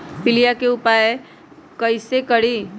पीलिया के उपाय कई से करी?